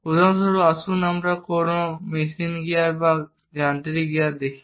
উদাহরণস্বরূপ আসুন আমরা কোন মেশিন গিয়ার বা যান্ত্রিক গিয়ার দেখি